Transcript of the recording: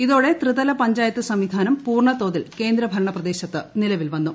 ഇതോടെ ത്രിതല പഞ്ചായത്ത് സംവിധാനം പൂർണതോതിൽ കേന്ദ്രഭരണ പ്രദേശത്ത് നിലവിൽ വന്നു